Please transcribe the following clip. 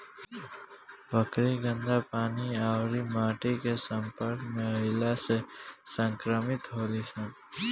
बकरी गन्दा पानी अउरी माटी के सम्पर्क में अईला से संक्रमित होली सन